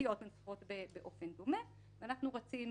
עובדתיות ומנוסחות באופן דומה ורצינו